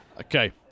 Okay